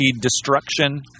destruction